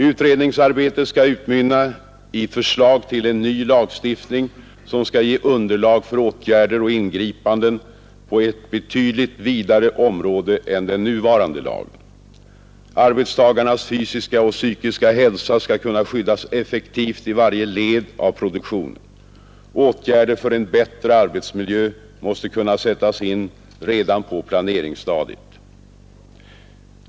Utredningsarbetet skall utmynna i förslag till en ny lagstiftning som skall ge underlag för åtgärder och ingripanden på ett betydligt vidare område än den nuvarande lagen. Arbetstagarnas fysiska och psykiska hälsa skall kunna skyddas effektivt i varje led av produktionen. Åtgärder för en bättre arbetsmiljö måste kunna sättas in redan på planeringsstadiet.